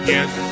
Yes